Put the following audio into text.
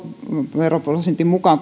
tuloveroprosentin mukaan